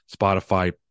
Spotify